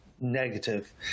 Negative